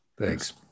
Thanks